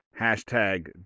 hashtag